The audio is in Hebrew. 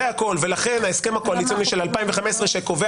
ולכן ההסכם הקואליציוני של 2015 שקובע